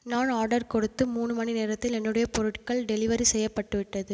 நான் ஆர்டர் கொடுத்து மூணு மணி நேரத்தில் என்னுடைய பொருட்கள் டெலிவரி செய்யப்பட்டுவிட்டது